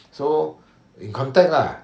so in contact lah